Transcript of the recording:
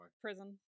prison